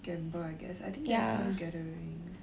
gamble I guess I think there's no gathering